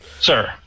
Sir